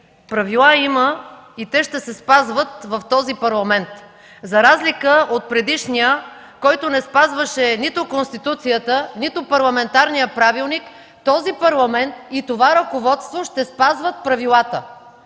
правила има и те ще се спазват в този Парламент. За разлика от предишния, който не спазваше нито Конституцията, нито парламентарния правилник, този Парламент и това ръководство ще спазват правилата.